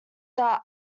that